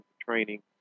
training